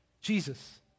Jesus